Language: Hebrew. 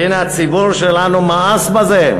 והנה הציבור שלנו מאס בזה,